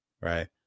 right